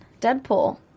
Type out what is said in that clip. Deadpool